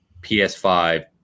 PS5